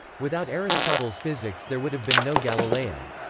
without aristotle's physics there would have been no galileo.